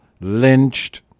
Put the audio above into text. lynched